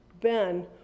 Ben